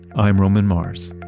i'm roman mars